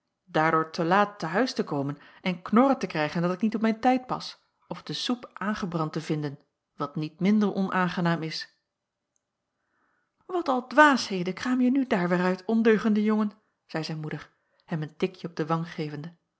daardoor te laat te huis te komen en knorren te krijgen dat ik niet op mijn tijd pas of de soep aangebrand te vinden wat niet minder onaangenaam is wat al dwaasheden kraamje nu daar weêr uit ondeugende jongen zeî zijn moeder hem een tikje op de wang gevende